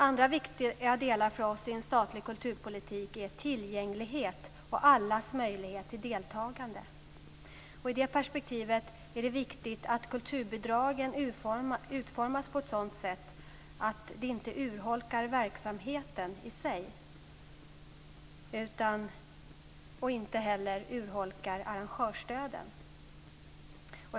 Andra viktiga delar för oss i en statlig kulturpolitik är tillgänglighet och allas möjlighet till deltagande. I det perspektivet är det viktigt att kulturbidragen utformas på ett sådant sätt att de inte urholkar verksamheten i sig och inte heller urholkar arrangörsstöden.